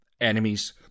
enemies